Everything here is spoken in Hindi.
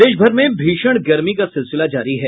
प्रदेश भर में भीषण गर्मी का सिलसिला जारी है